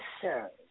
sir